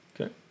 okay